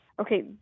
okay